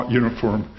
uniform